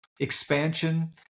Expansion